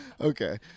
Okay